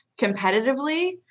competitively